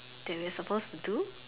that we're supposed to do